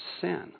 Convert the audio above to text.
sin